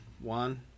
One